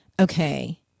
okay